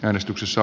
äänestyksessä